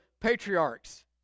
patriarchs